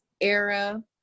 era